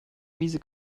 miese